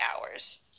hours